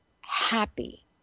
happy